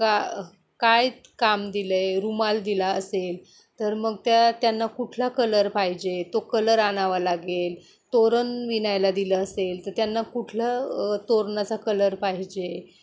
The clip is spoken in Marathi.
का काय काम दिलं आहे रुमाल दिला असेल तर मग त्या त्यांना कुठला कलर पाहिजे तो कलर आणावा लागेल तोरण विणायला दिलं असेल तर त्यांना कुठलं तोरणाचा कलर पाहिजे